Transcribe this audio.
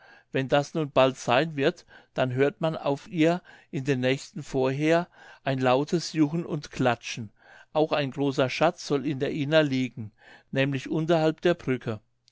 wenn das nun bald seyn wird dann hört man auf ihr in den nächten vorher ein lautes juchen und klatschen auch ein großer schatz soll in der ihna liegen nämlich unterhalb der brücke